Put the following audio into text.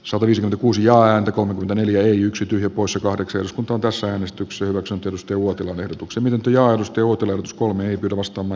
sallisen uusi ja ääntä kolme neljä yksi tyhjä poissa kahdeksan tutkassa äänestyksen watson perusti uuden ehdotuksen miten tujaus jutun skolme perustama